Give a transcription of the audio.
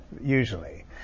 usually